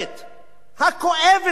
הכואבת מבחינתנו.